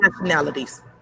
nationalities